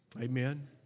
Amen